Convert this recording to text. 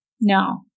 no